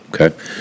okay